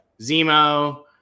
Zemo